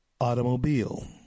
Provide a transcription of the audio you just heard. automobile